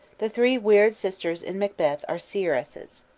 the three weird sisters in macbeth are seeresses.